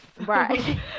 Right